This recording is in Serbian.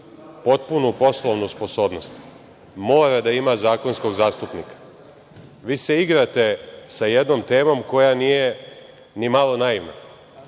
potpunu poslovnu sposobnost mora da ima zakonskog zastupnika. Vi se igrate sa jednom temom koja nije ni malo naivna,